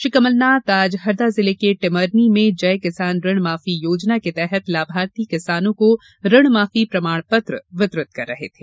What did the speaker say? श्री कमलनाथ ने आज हरदा जिले के टिमरनी में जय किसान ऋण माफी योजना के तहत लाभार्थी किसानों को ऋण माफी प्रमाण पत्र वितरित कर रहे थें